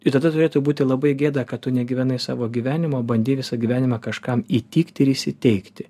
ir tada turėtų būti labai gėda kad tu negyvenai savo gyvenimo bandei visą gyvenimą kažkam įtikti ir įsiteikti